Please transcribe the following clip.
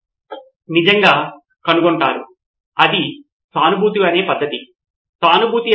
వాస్తవానికి నిర్దిష్ట సమస్యకు అర్ధమే ఇది సంఘర్షణను పరిష్కరించిందా ఇది సంఘర్షణ యొక్క రెండు వైపులా పరిష్కరిస్తుందా చూడడం